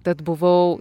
tad buvau